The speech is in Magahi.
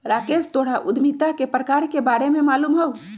राकेश तोहरा उधमिता के प्रकार के बारे में मालूम हउ